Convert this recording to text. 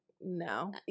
no